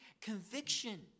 conviction